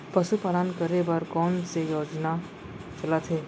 पशुपालन करे बर कोन से योजना चलत हे?